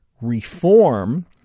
reform